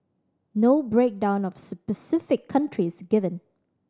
no breakdown of specific countries given